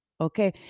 Okay